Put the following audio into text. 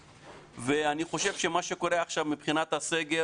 אני חושב שמה שקורה עכשיו מבחינת הסגר